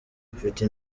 afite